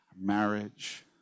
marriage